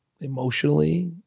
emotionally